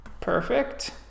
Perfect